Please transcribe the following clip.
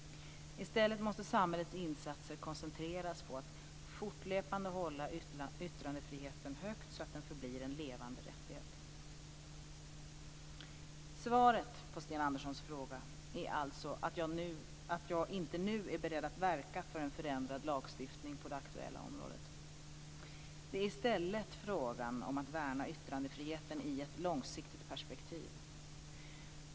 I stället måste samhällets insatser koncentreras på att fortlöpande hålla yttrandefriheten högt så att den förblir en levande rättighet. Svaret på Sten Anderssons fråga är alltså att jag nu inte är beredd att verka för en förändrad lagstiftning på det aktuella området. Det är i stället fråga om att värna yttrandefriheten i ett långsiktigt perspektiv.